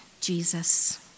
Jesus